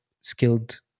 skilled